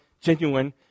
genuine